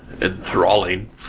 enthralling